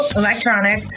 electronic